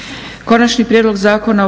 Konačni prijedlog zakona